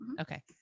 Okay